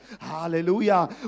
hallelujah